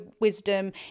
wisdom